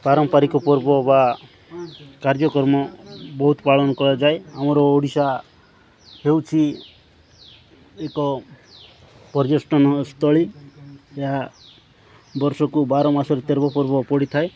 ପାରମ୍ପାରିକ ପର୍ବ ବା କାର୍ଯ୍ୟକ୍ରମ ବହୁତ ପାଳନ କରାଯାଏ ଆମର ଓଡ଼ିଶା ହେଉଛି ଏକ ପର୍ଯ୍ୟଟନସ୍ଥଳୀ ଏହା ବର୍ଷକୁ ବାର ମାସରେ ତେର ପର୍ବ ପଡ଼ିଥାଏ